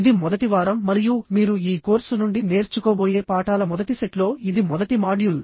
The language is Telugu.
ఇది మొదటి వారం మరియు మీరు ఈ కోర్సు నుండి నేర్చుకోబోయే పాఠాల మొదటి సెట్లో ఇది మొదటి మాడ్యూల్